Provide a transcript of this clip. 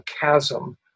chasm